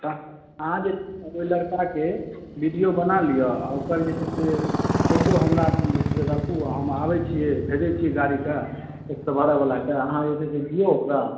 अहाँ जे ओहि लड़काके वीडियो बना लिअ आ ओकर जे छै से फ़ोटो हमरा राखू हम आबैत छियै भेजैत छियै गाड़ीके एक सए बारहवलाकेँ अहाँ जे छै से दियौ ओकरा